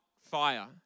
fire